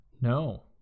No